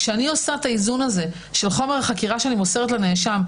כשאני עושה איזון של חומר החקירה שאני מוסרת לנאשם,